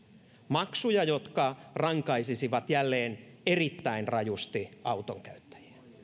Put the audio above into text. maksuja jotka rankaisisivat jälleen erittäin rajusti autonkäyttäjiä